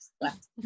left